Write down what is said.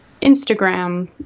Instagram